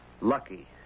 lucky